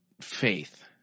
faith